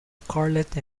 scarlett